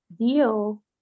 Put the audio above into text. deal